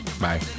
Bye